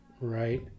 Right